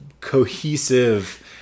cohesive